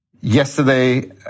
Yesterday